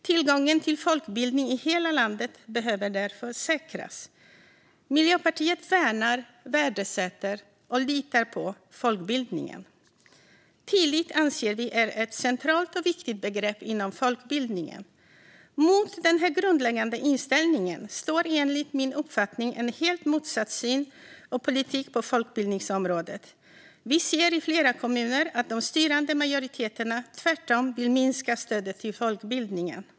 Tillgången till folkbildning i hela landet behöver därför säkras. Miljöpartiet värnar, värdesätter och litar på folkbildningen. Tillit anser vi är ett centralt och viktigt begrepp inom folkbildningen. Mot den här grundläggande inställningen står enligt min uppfattning en helt motsatt syn och politik på folkbildningsområdet. Vi ser i flera kommuner att de styrande majoriteterna tvärtom vill minska stödet till folkbildningen.